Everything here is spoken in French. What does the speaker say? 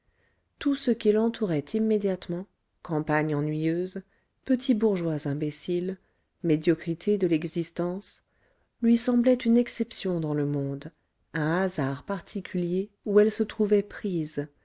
tout ce qui l'entourait immédiatement campagne ennuyeuse petits bourgeois imbéciles médiocrité de l'existence lui semblait une exception dans le monde un hasard particulier où elle se trouvait prise